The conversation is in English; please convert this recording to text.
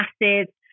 massive